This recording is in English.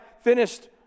finished